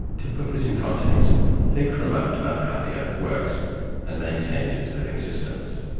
to put this in context, think for a moment about how the earth works and maintains its living systems.